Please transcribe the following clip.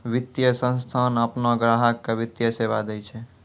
वित्तीय संस्थान आपनो ग्राहक के वित्तीय सेवा दैय छै